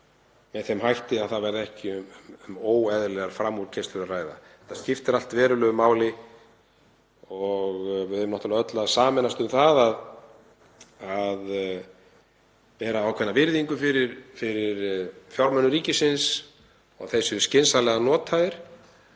með þeim hætti að ekki verði um óeðlilega framúrkeyrslu að ræða. Þetta skiptir allt verulegu máli og við eigum náttúrlega öll að sameinast um að bera ákveðna virðingu fyrir fjármunum ríkisins, að þeir séu skynsamlega notaðir.